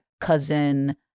cousin